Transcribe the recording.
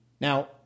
Now